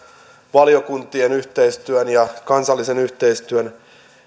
valiokuntien yhteistyön ja kansallisen yhteistyön